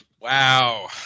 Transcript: Wow